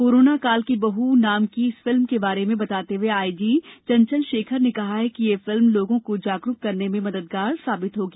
corona काल की बह नाम की इस फिल्म के बारे में बताते हुए आईजी चचंल शेखर ने कहा कि यह फिल्म लोगों को जागरूक करने में मददगार साबित होगी